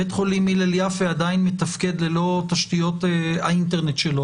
בית חולים הלל יפה עדיין מתפקד ללא תשתיות האינטרנט שלו,